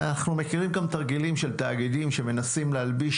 אנחנו גם מכירים תרגילים של תאגידים שמנסים להלביש